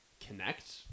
connect